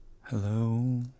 Hello